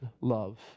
love